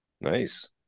Nice